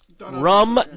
Rum